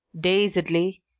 Dazedly